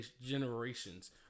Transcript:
Generations